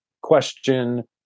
question